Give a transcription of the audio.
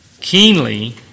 keenly